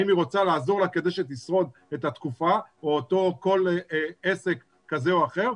האם היא רוצה לעזור לה כדי שתשרוד את התקופה או אותו עסק כזה או אחר,